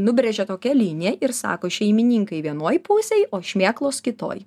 nubrėžė tokią liniją ir sako šeimininkai vienoj pusėj o šmėklos kitoj